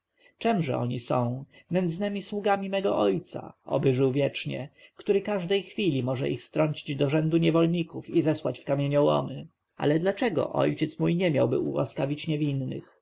czemże oni są nędznymi sługami mojego ojca oby żył wiecznie który każdej chwili może ich strącić do rzędu niewolników i zesłać w kamieniołomy ale dlaczego ojciec mój nie miałby ułaskawić niewinnych